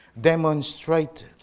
demonstrated